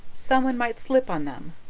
someone might slip on them.